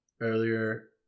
earlier